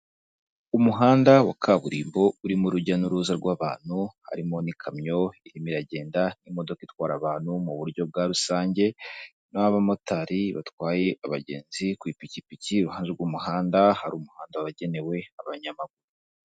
Umuhanda wa kaburimbo urimo urujya n'uruza rw'abantu, harimo n'ikamyo irimo iragenda n'imodoka itwara abantu mu buryo bwa rusange n'abamotari batwaye abagenzi ku ipikipiki, iruhande rw'umuhanda hari umuhanda wagenewe abanyamaguru.